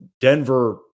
Denver –